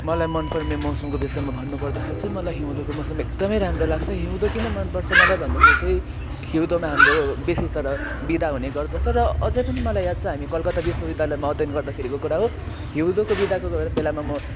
मलाई मनपर्ने मौसमको विषयमा भन्नुपर्दाखेरि चाहिँ मलाई हिउँदको मौसम एकदमै राम्रो लाग्छ हिउँद किन मन पर्छ मलाई भन्दाखेरि चाहिँ हिउँदमा हाम्रो बेसी तरह हाम्रो बिदा हुने गर्दछ र अझ पनि मलाई याद छ हामी कलकत्ता विश्वविद्यालयमा अध्ययन गर्दाखेरिको कुरा हो हिउँदको बिदाको बेलामा म